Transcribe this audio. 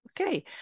Okay